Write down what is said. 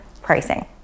pricing